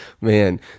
Man